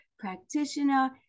practitioner